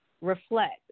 reflect